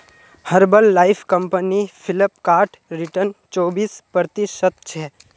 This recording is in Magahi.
herbal life company Flipkart return चोबीस प्रतिशतछे